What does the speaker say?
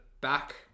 back